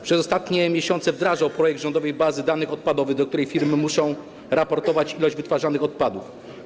Przez ostatnie miesiące wdrażał projekt rządowej bazy danych odpadowych, do której firmy muszą raportować ilość wytwarzanych odpadów.